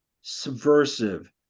subversive